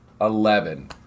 eleven